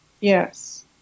Yes